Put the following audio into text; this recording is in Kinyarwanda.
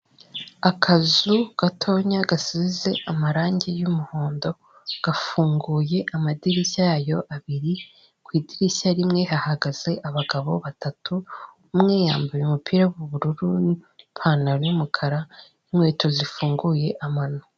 Akazu gatoya gasize amarangi y'umuhondo gafunguye amadirishya yayo abiri, ku idirishya rimwe hahagaze abagabo batatu, umwe yambaye umupira w'ubururu n'ipantaro y'umukara n'inkweto zifunguye amano.